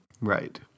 Right